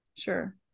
sure